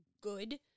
good